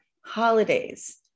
holidays